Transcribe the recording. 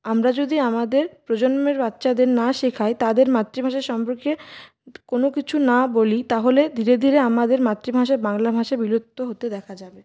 আমরা যদি আমাদের প্রজন্মের বাচ্চাদের না শেখাই তাদের মাতৃভাষা সম্পর্কে কোনো কিছু না বলি তাহলে ধীরে ধীরে আমাদের মাতৃভাষা বাংলা ভাষা বিলুপ্ত হতে দেখা যাবে